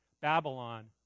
Babylon